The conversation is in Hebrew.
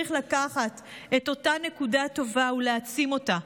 צריך לקחת את אותה נקודה טובה ולהעצים אותה,